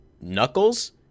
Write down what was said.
Knuckles